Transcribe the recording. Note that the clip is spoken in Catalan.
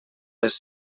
les